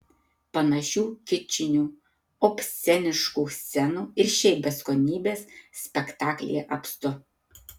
panašių kičinių obsceniškų scenų ir šiaip beskonybės spektaklyje apstu